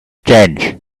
change